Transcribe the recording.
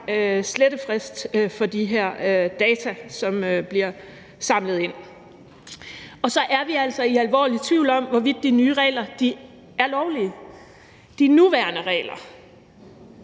slettefrist for de her data, som bliver samlet ind. Og så er vi altså alvorligt i tvivl om, hvorvidt de nye regler er lovlige. De nuværende regler